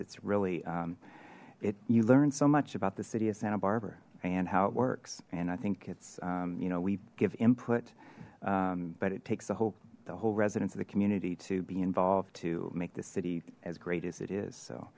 it's really it you learned so much about the city of santa barbara and how it works and i think it's you know we give input but it takes a whole whole residents of the community to be involved to make the city as great as it is so